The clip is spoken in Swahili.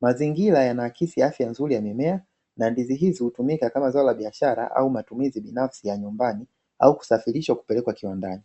Mazingira yanaaksi afya nzuri ya mimea na ndizi hizi hutumika kama zao la biashara au matumizi binafsi ya nyumbani au kusafirishwa kupelekwa kiwandani.